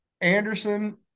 Anderson